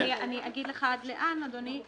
אני אגיד לך עד לאן, אדוני.